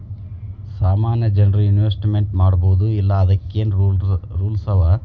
ಸಾಮಾನ್ಯ ಜನ್ರು ಇನ್ವೆಸ್ಟ್ಮೆಂಟ್ ಮಾಡ್ಬೊದೋ ಇಲ್ಲಾ ಅದಕ್ಕೇನ್ ರೂಲ್ಸವ?